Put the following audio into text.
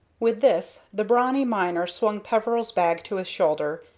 with this the brawny miner swung peveril's bag to his shoulder,